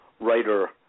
writer